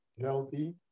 healthy